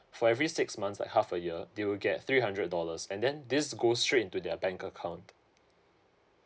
for every six months like half a year they will get three hundred dollars and then this go straight into their bank account